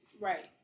Right